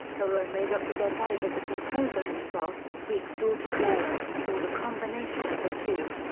raro may represent either the composer himself, wieck's daughter clara, or the combination of the two.